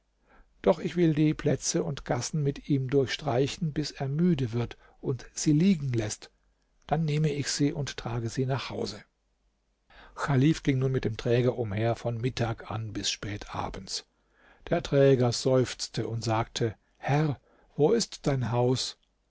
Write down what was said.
doch ich will die plätze und gassen mit ihm durchstreichen bis er müde wird und sie liegen läßt dann nehme ich sie und trage sie nach hause chalif ging nun mit dem träger umher von mittag an bis spät abends der träger seufzte und sagte herr wo ist dein haus